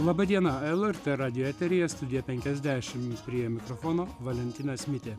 laba diena lrt radijo eteryje studija penkiasdešim prie mikrofono valentinas mitė